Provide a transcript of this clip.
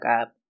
up